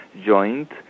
joint